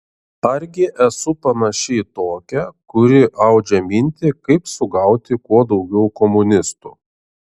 argi esu panaši į tokią kuri audžia mintį kaip sugauti kuo daugiau komunistų